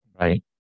Right